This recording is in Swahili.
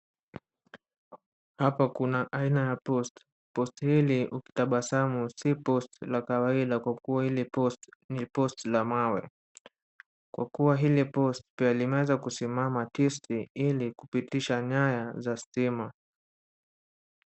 Hapa kuna aina ya post . Post hili, ukitabasamu si la kawaida kwa kuwa hili post ni post la mawe. Kwa kuwa hili post pia limeweza kusimama tisti, ili kupitisha nyaya za stima.